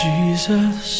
Jesus